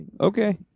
Okay